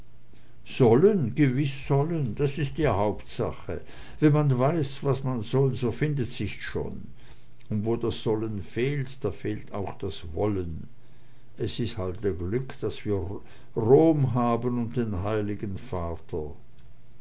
sollen gewiß sollen das ist die hauptsache wenn man weiß was man soll so findt sich's schon aber wo das sollen fehlt da fehlt auch das wollen es ist halt a glück daß wir rom haben und den heiligen vater